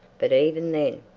but even then!